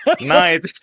night